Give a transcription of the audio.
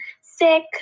sick